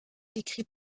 écrit